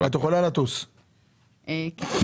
אנחנו